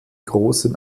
großen